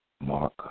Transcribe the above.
Mark